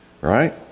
right